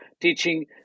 teaching